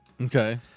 Okay